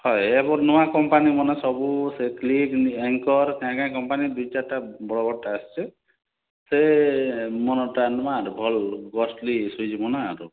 ହଏ ଏବର୍ ନୂଆ କମ୍ପାନୀମାନେ ସେ ସବୁ କ୍ଲିଜ୍ ଆଙ୍କର୍ କାଁ କାଁ କମ୍ପାନୀ ଦୁଇ ଚାର୍ଟା ବଡ଼୍ ବଡ଼୍ଟା ଆସିଛି ସେ ମନରଟା ନୂଆ ଭଲ୍ କଷ୍ଟଲି ସୁଇଚ୍ ବନା ତୋ